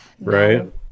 Right